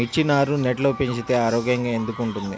మిర్చి నారు నెట్లో పెంచితే ఆరోగ్యంగా ఎందుకు ఉంటుంది?